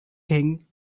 thing